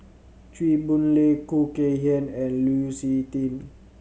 Chew Boon Lay Khoo Kay Hian and Lu Suitin